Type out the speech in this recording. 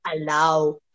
allow